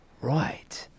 right